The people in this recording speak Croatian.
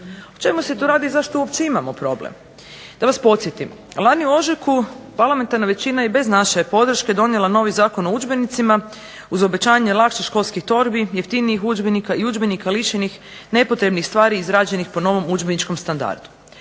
O čemu se tu radi, zašto uopće imamo problem. DA vas podsjetim. Lani u ožujku parlamentarna većina i bez naše podrške donijela novi Zakon o udžbenicima uz obećanje lakših školskih torbi, jeftinijih udžbenika i udžbenika lišenih nepotrebnih stvari izrađenih po novom udžbeničkom standardu.